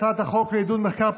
הצעת חוק לעידוד מחקר,